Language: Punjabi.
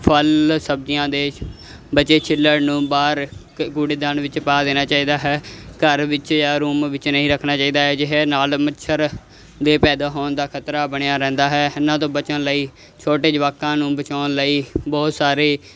ਫ਼ਲ ਸਬਜੀਆਂ ਦੇ ਬਚੇ ਛਿੱਲੜ ਨੂੰ ਬਾਹਰ ਕ ਕੂੜੇਦਾਨ ਵਿੱਚ ਪਾ ਦੇਣਾ ਚਾਹੀਦਾ ਹੈ ਘਰ ਵਿੱਚ ਜਾਂ ਰੂਮ ਵਿੱਚ ਨਹੀਂ ਰੱਖਣਾ ਚਾਹੀਦਾ ਹੈ ਜਿਹਦੇ ਨਾਲ ਮੱਛਰ ਦੇ ਪੈਦਾ ਹੋਣ ਦਾ ਖ਼ਤਰਾ ਬਣਿਆ ਰਹਿੰਦਾ ਹੈ ਇਹਨਾਂ ਤੋਂ ਬਚਣ ਲਈ ਛੋਟੇ ਜਵਾਕਾਂ ਨੂੰ ਬਚਾਉਣ ਲਈ ਬਹੁਤ ਸਾਰੇ